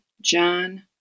John